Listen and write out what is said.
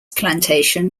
plantation